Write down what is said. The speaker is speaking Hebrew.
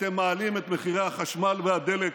אתם מעלים את מחירי החשמל והדלק,